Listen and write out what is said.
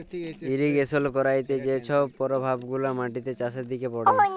irrigation ক্যইরতে যে ছব পরভাব গুলা মাটিতে, চাষের দিকে পড়ে